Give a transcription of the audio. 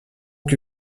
que